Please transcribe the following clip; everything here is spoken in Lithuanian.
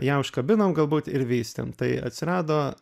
ją užkabinom galbūt ir vystėm tai atsirado